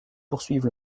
poursuivent